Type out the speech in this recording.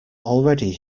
already